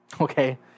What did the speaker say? Okay